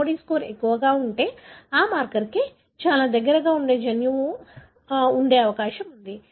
LOD score ఎక్కువగా ఉంటే ఆ మార్కర్కు చాలా దగ్గరగా జన్యువు ఉండే అవకాశం ఉంది